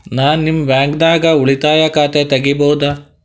ನಾ ನಿಮ್ಮ ಬ್ಯಾಂಕ್ ದಾಗ ಉಳಿತಾಯ ಖಾತೆ ತೆಗಿಬಹುದ?